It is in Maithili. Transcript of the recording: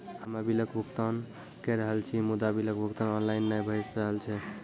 हम्मे बिलक भुगतान के रहल छी मुदा, बिलक भुगतान ऑनलाइन नै भऽ रहल छै?